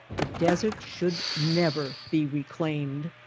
the deserts should never be reclaimed.